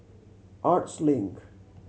Arts Link